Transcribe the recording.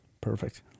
Perfect